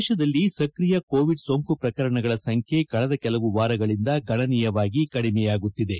ದೇಶದಲ್ಲಿ ಸಕ್ರಿಯ ಕೋವಿಡ್ ಸೋಂಕು ಪ್ರಕರಣಗಳ ಸಂಖ್ಯೆ ಕಳೆದ ಕೆಲವು ವಾರಗಳಿಂದ ಗಣನೀಯವಾಗಿ ಕಡಿಮೆಯಾಗುತ್ತಿವೆ